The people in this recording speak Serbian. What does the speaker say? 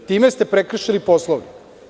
Time ste prekršili Poslovnik.